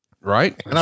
Right